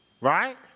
Right